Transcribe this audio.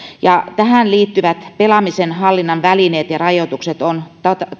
tähän liittyvät pelaamisen hallinnan välineet ja rajoitukset on